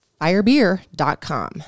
firebeer.com